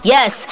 Yes